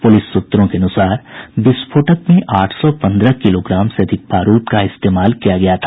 police सूत्रों के अनुसार विस्फोटक में आठ सौ पन्द्रह किलोग्राम से अधिक बारूद का इस्तेमाल किया गया था